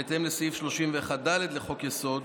בהתאם לסעיף 31(ד) לחוק-יסוד,